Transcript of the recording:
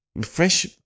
fresh –